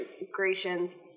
integrations